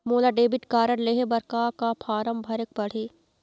मोला debit card लेहे बर का का फार्म भरेक पड़ही?